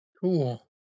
Cool